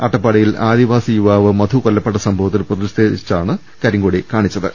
അട്ടപ്പാടിയിൽ ആദി വാസി യുവാവ് മധു കൊല്ലപ്പെട്ട സംഭവത്തിൽ പ്രതി ഷേധിച്ചാണ് കരിങ്കൊടി കാണിച്ചത്